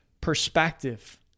perspective